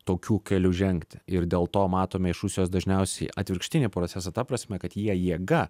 tokiu keliu žengti ir dėl to matome iš rusijos dažniausiai atvirkštinį procesą ta prasme kad jie jėga